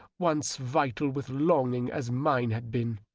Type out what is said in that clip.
once vital with longing as mine had been,